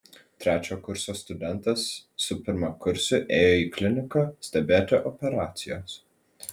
trečio kurso studentas su pirmakursiu ėjo į kliniką stebėti operacijos